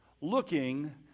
looking